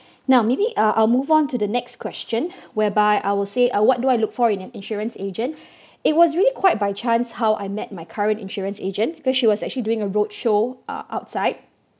now maybe uh I'll move on to the next question whereby I will say uh I what do I look for in an insurance agent it was really quite by chance how I met my current insurance agent because she was actually doing a roadshow uh outside